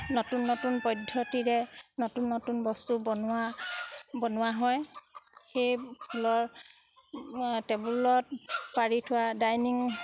নতুন নতুন পদ্ধতিৰে নতুন নতুন বস্তু বনোৱা বনোৱা হয় সেই ফুলৰ টেবুলত পাৰি থোৱা ডাইনিং